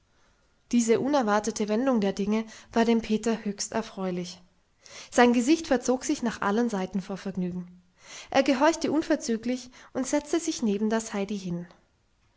diese unerwartete wendung der dinge war dem peter höchst erfreulich sein gesicht verzog sich nach allen seiten vor vergnügen er gehorchte unverzüglich und setzte sich neben das heidi hin